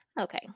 Okay